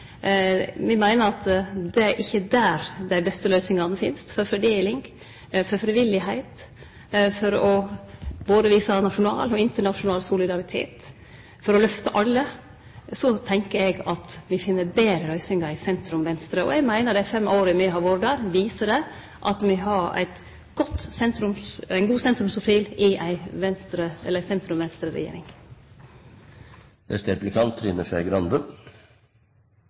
Me meiner at det ikkje er der dei beste løysingane finst for fordeling, for frivilligheit, for å vise både nasjonal og internasjonal solidaritet. For å lyfte alle tenkjer eg at me finn betre løysingar i sentrum–venstre. Eg meiner at dei fem åra me har vore der, viser at me har ein god sentrumsprofil i ei